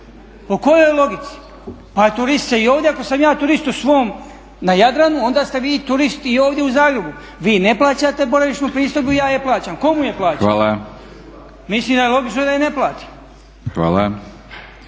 Po kojoj logici? Pa turist se i ovdje, ako sam ja turist u svom na Jadranu onda ste vi turist i ovdje u Zagrebu. Vi ne plaćate boravišnu pristojbu, ja je plaćam. Komu je plaćam? …/Upadica: Hvala./… Mislim da je logično da je ne platim.